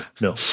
no